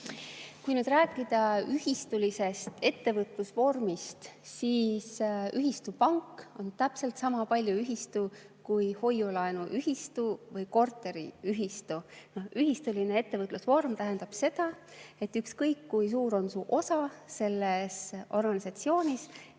Kui rääkida ühistulisest ettevõtlusvormist, siis ühistupank on täpselt sama palju ühistu kui hoiu-laenuühistu või korteriühistu. Ühistuline ettevõtlusvorm tähendab seda, et ükskõik kui suur on [ühe liikme] osa selles organisatsioonis,